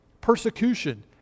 persecution